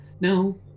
no